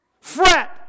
fret